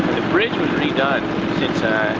the bridge was redone since